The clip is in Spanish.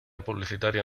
publicitaria